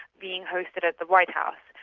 being hosted at the white house.